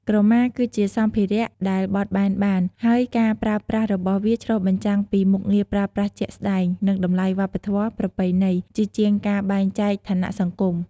ក្រមាគឺជាសម្ភារៈដែលបត់បែនបាន ហើយការប្រើប្រាស់របស់វាឆ្លុះបញ្ចាំងពី មុខងារប្រើប្រាស់ជាក់ស្តែង និងតម្លៃវប្បធម៌ ប្រពៃណី ជាជាងការបែងចែកឋានៈសង្គម។